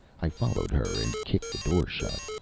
i followed her, and kicked the door shut.